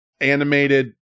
animated